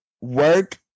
work